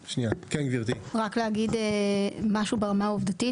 רק להגיד משהו ברמה עובדתית,